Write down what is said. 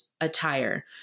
attire